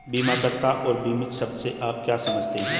बीमाकर्ता और बीमित शब्द से आप क्या समझते हैं?